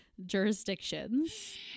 jurisdictions